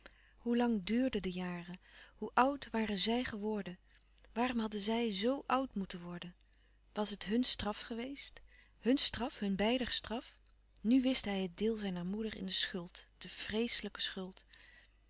hoe lange duurden de jaren hoe oud waren zij geworden waarom hadden zij zoo oud moeten worden was het hun straf geweest hun straf hun beider straf nù wist hij het deel zijner moeder in de schuld de vreeslijke schuld